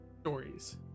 stories